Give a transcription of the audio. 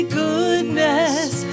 goodness